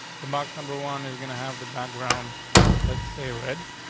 the box number one is gonna have the background off. let's say red,